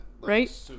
Right